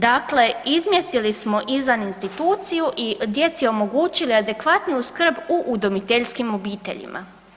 Dakle, izmjestili smo izvan instituciju i djeci omogućili adekvatniju skrb u udomiteljskim obiteljima.